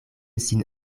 sin